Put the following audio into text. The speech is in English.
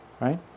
right